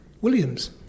Williams